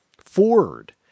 Ford